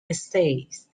essays